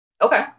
Okay